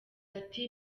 ati